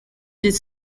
these